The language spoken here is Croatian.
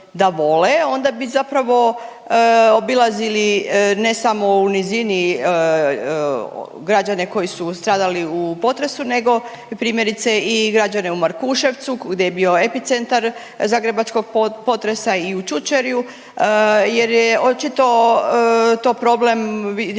onda bi zapravo obilazili ne samo u nizini građane koji su stradali u potresu nego primjerice i građane u Markuševcu gdje je bio epicentar zagrebačkog potresa i u Čučerju jer je očito to problem, vidjeli